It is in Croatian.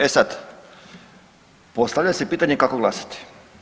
E sad, postavlja se pitanje kako glasati.